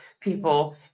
people